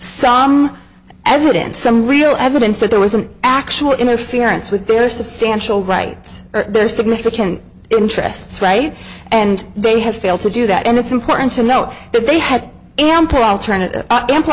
some evidence some real evidence that there was an actual interference with their substantial rights there are significant interests right and they have failed to do that and it's important to know that they had ample alternative